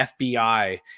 fbi